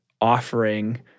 offering